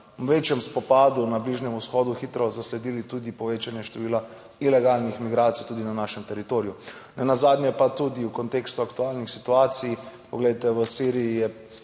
večjem spopadu na Bližnjem vzhodu hitro zasledili tudi povečanje števila ilegalnih migracij tudi na našem teritoriju. Nenazadnje pa tudi v kontekstu aktualnih situacij, poglejte, v Siriji je